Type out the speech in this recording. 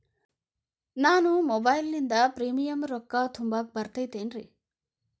ನಾನು ಮೊಬೈಲಿನಿಂದ್ ಪ್ರೇಮಿಯಂ ರೊಕ್ಕಾ ತುಂಬಾಕ್ ಬರತೈತೇನ್ರೇ?